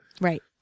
Right